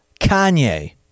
Kanye